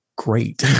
great